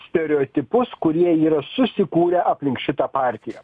stereotipus kurie yra susikūrę aplink šitą partiją